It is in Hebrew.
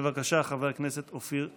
בבקשה, חבר הכנסת אופיר כץ,